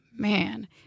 Man